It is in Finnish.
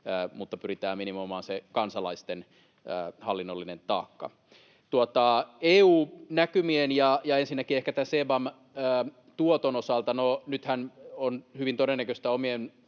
mutta pyritään minimoimaan se kansalaisten hallinnollinen taakka. EU-näkymien ja ensinnäkin ehkä tämän CBAM-tuoton osalta: No, nythän on hyvin todennäköistä EU:n